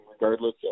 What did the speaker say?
regardless